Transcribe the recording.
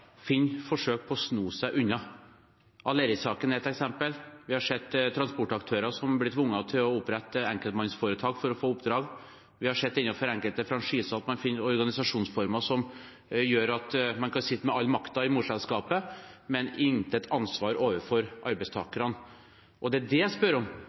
forsøk på å sno seg unna. Aleris-saken er et eksempel. Vi har sett transportaktører som blir tvunget til å opprette enkeltpersonforetak for å få oppdrag. Vi har innenfor enkelte franchiser sett at man finner organisasjonsformer som gjør at man kan sitte med all makten i morselskapet, men intet ansvar overfor arbeidstakerne. Det er det jeg spør om: